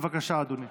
בבקשה, אדוני.